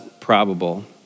probable